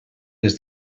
les